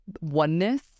oneness